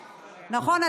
נכון,